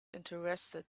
interested